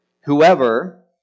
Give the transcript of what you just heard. Whoever